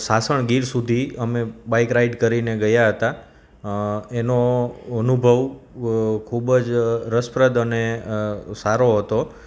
સાસણગીર સુધી અમે bike ride કરીને ગયા હતા એનો અનુભવ ખૂબ જ રસપ્રદ અને સારો હતો